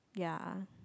ya